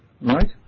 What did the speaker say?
right